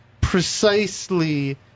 precisely